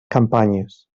campanyes